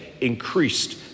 increased